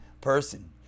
person